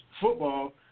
football